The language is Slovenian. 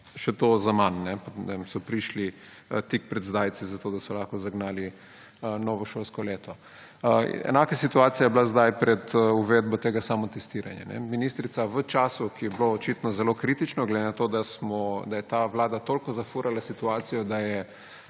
še to zaman. So prišli tik pred zdajci, zato da so lahko zagnali novo šolsko leto. Enaka situacija je bila zdaj pred uvedbo tega samotestiranja. Ministrica v času, ki je bilo očitno zelo kritično glede na to, da smo, da je ta vlada toliko zafurala situacijo, da je